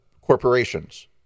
corporations